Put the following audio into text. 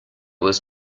was